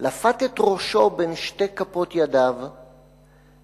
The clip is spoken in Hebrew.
לפת את ראשו בין שתי כפות ידיו ואמר: